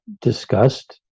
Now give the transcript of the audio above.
discussed